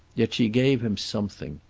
yet she gave him something.